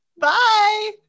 Bye